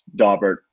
Daubert